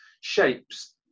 shapes